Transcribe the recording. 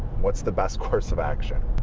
what's the best course of action?